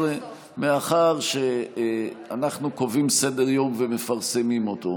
מאחר שאנחנו קובעים סדר-יום ומפרסמים אותו,